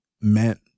meant